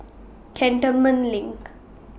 Cantonment LINK